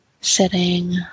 sitting